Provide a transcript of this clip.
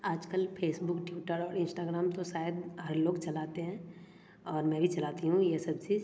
आजकल Facebook Twitter और Instagram तो शायद हर लोग चलाते है और मैं भी चलाती हूँ यह सब चीज़